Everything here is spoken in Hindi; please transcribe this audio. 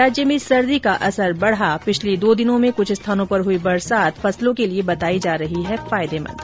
राज्य में सर्दी का असर बढ़ा पिछले दो दिनों में कुछ स्थानों पर हुई बरसात फसलों के लिए बताई जा रही है फायदेमंद